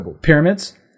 Pyramids